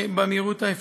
במהירות האפשרית.